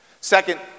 Second